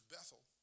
Bethel